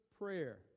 prayer